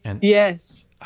Yes